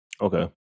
Okay